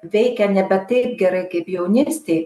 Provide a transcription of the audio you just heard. veikia nebe taip gerai kaip jaunystėj